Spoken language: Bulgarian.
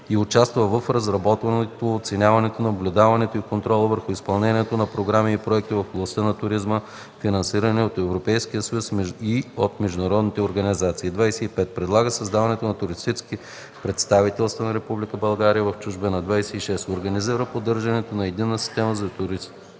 и участва в разработването, оценяването, наблюдението и контрола върху изпълнението на програми и проекти в областта на туризма, финансирани от Европейския съюз и от международни организации; 25. предлага създаването на туристически представителства на Република България в чужбина; 26. организира поддържането на Единната система за